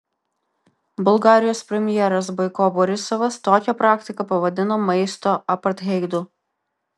bulgarijos premjeras boiko borisovas tokią praktiką pavadino maisto apartheidu